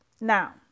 Now